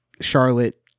Charlotte